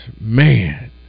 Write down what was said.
man